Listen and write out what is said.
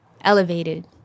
Elevated